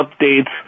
updates